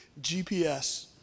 GPS